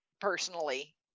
personally